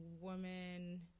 woman